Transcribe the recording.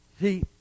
See